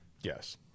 Yes